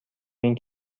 این